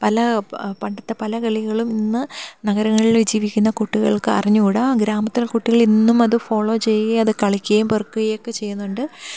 പല പണ്ടത്തെ പല കളികളും ഇന്ന് നഗരങ്ങളിൽ ജീവിക്കുന്ന കുട്ടികൾക്ക് അറിഞ്ഞുകൂട ഗ്രാമത്തിലെ കുട്ടികൾ ഇന്നും അത് ഫോളോ ചെയ്യുകയും അത് കളിക്കുകയും പെറുക്കുകയൊക്കെ ചെയ്യുന്നുണ്ട്